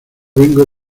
vengo